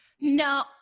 No